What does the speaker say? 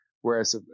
whereas